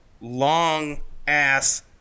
long-ass